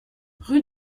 rue